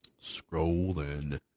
Scrolling